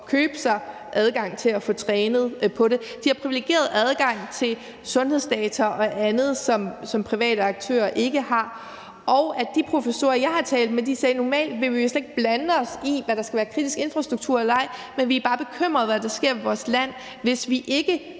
købe sig adgang til at få trænet med det her, og at de har privilegeret adgang til sundhedsdata og andet, som private aktører ikke har. Og de professorer, som jeg har talt med, har sagt: Normalt ville vi jo slet ikke blande os i, hvad der skal være kritisk infrastruktur eller ej, men vi er bare bekymrede for, hvad der sker med vores land, hvis vi ikke